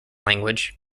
language